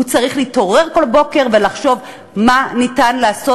הוא צריך להתעורר כל בוקר ולחשוב מה אפשר לעשות